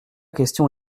question